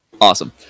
Awesome